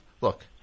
Look